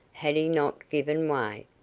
had he not given way,